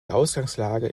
ausgangslage